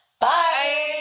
Bye